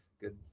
Good